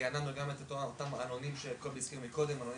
רעננו גם את העלונים שהוזכרו על ידי קובי עלונים